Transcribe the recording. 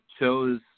chose